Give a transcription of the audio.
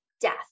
death